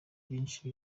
byinshi